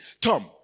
Tom